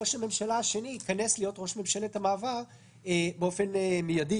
ראש הממשלה השני ייכנס להיות ראש ממשלת המעבר באופן מיידי,